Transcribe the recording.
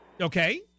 Okay